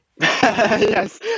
yes